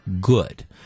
good